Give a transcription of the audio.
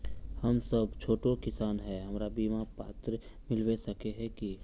हम सब छोटो किसान है हमरा बिमा पात्र मिलबे सके है की?